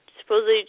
Supposedly